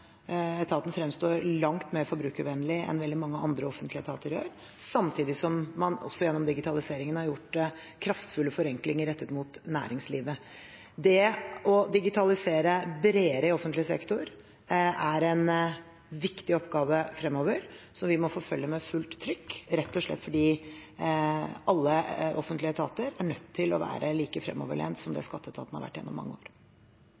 etaten fremstår langt mer forbrukervennlig enn det veldig mange andre offentlige etater gjør, samtidig som man også gjennom digitaliseringen har gjort kraftfulle forenklinger rettet mot næringslivet. Det å digitalisere bredere i offentlig sektor er en viktig oppgave fremover, som vi må forfølge med fullt trykk, rett og slett fordi alle offentlige etater er nødt til å være like fremoverlent som det skatteetaten har vært gjennom mange år.